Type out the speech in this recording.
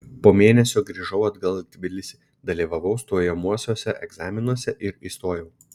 po mėnesio grįžau atgal į tbilisį dalyvavau stojamuosiuose egzaminuose ir įstojau